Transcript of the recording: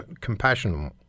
compassion